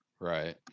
Right